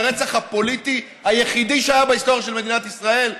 הרצח הפוליטי היחידי שהיה בהיסטוריה של מדינת ישראל?